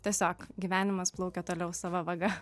tiesiog gyvenimas plaukia toliau sava vaga